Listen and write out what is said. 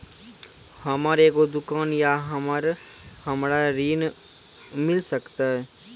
हमर एगो दुकान या हमरा ऋण मिल सकत?